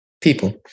people